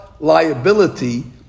liability